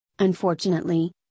Unfortunately